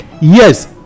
Yes